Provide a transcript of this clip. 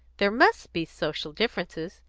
there must be social differences.